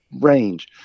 range